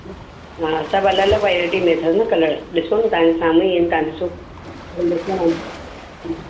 हा सभु अलॻि अलॻि वैराइटी में अथसि न कलर ॾिसो न तव्हांजे साम्हूं ई आहिनि तव्हां ॾिसो